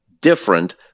different